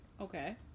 Okay